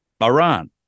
Iran